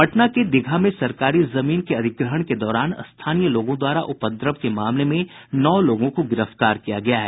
पटना के दीघा में सरकारी जमीन के अधिग्रहण के दौरान स्थानीय लोगों द्वारा उपद्रव के मामले में नौ लोगों को गिरफ्तार किया गया है